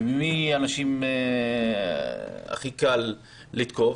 את מי הכי קל לתקוף?